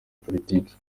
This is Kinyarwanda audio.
politiki